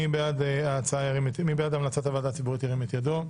מי בעד המלצת הוועדה הציבורית, ירים את ידו?